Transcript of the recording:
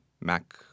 Mac